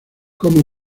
cómo